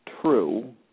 true